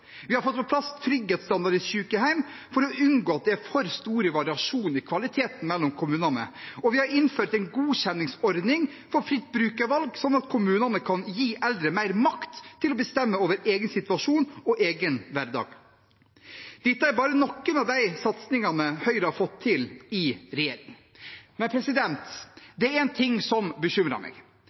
Vi har fått på plass trygghetsstandard i sykehjem, for å unngå at det er for store variasjoner i kvaliteten mellom kommunene, og vi har innført en godkjenningsordning for fritt brukervalg, sånn at kommunene kan gi eldre mer makt til å bestemme over egen situasjon og egen hverdag. Dette er bare noen av de satsingene Høyre har fått til i regjering. Men det er en ting som bekymrer meg.